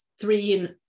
three